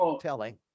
telling